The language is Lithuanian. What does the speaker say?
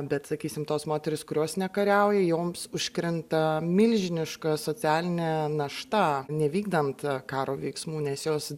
bet sakysim tos moterys kurios nekariauja joms užkrinta milžiniška socialinė našta nevykdant karo veiksmų nes jos